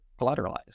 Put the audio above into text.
collateralized